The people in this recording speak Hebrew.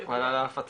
אבל על ההפצה.